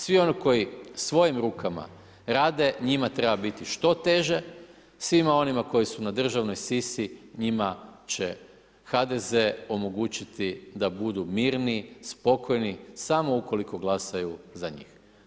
Svi oni koji svojim rukama rade, njima treba biti što teže, svima onima koji su na državnoj sisi, njima će HDZ omogućiti da budu mirni, spokojni, samo ukoliko glasaju za njih.